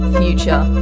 future